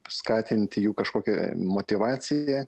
skatinti jų kažkokią motyvaciją